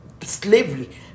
slavery